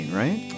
right